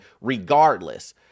regardless